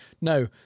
no